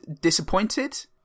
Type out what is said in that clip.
disappointed